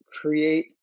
create